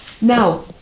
now